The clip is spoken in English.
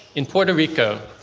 in puerto rico,